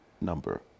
number